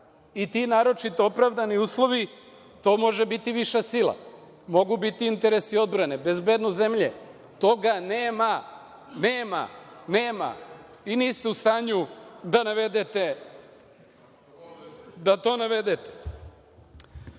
i ti naročito opravdani uslovi, to može biti viša sila, mogu biti interesi odbrane, bezbednost zemlje, a toga nema i niste u stanju da to navedete. Sledeći